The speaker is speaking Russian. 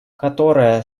которая